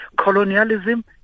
colonialism